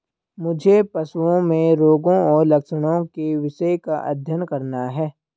मुझे पशुओं में रोगों और लक्षणों के विषय का अध्ययन करना है